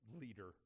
leader